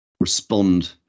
respond